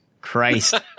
Christ